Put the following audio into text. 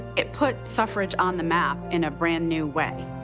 it put suffrage on the map in a brand new way.